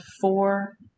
four